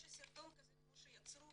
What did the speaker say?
סרטון כזה כמו שיצרו